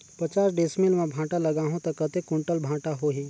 पचास डिसमिल मां भांटा लगाहूं ता कतेक कुंटल भांटा होही?